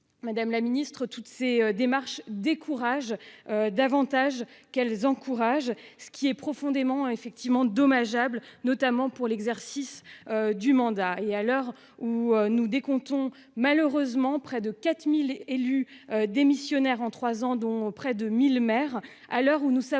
Madame la Ministre toutes ces démarches décourage davantage qu'elles encouragent ce qui est profondément effectivement dommageable notamment pour l'exercice. Du mandat et à l'heure où nous décompte ont malheureusement près de 4000 et élus démissionnaires en trois ans dont près de 1000 maires